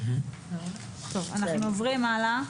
אנחנו עוברים הלאה.